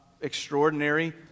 extraordinary